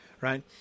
Right